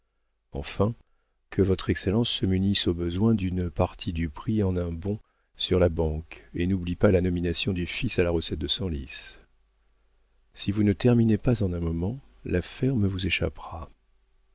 enfin que votre excellence se munisse au besoin d'une partie du prix en un bon sur la banque et n'oublie pas la nomination du fils à la recette de senlis si vous ne terminez pas en un moment la ferme vous échappera